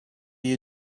you